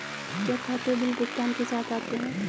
क्या खाते बिल भुगतान के साथ आते हैं?